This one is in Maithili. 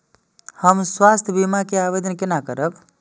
हम स्वास्थ्य बीमा के आवेदन केना करब?